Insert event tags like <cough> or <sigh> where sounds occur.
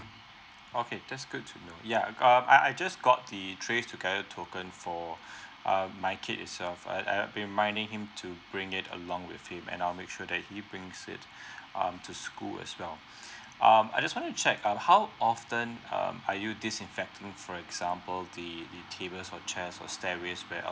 okay that's good know ya um I I just got the trays together the token for <breath> um my kid itself I I've been reminding him to bring it along with him and I will make sure that he brings it <breath> um to school as well <breath> um I just wanted to check out how often um are you disinfecting for example the uh tables or chess or stairways where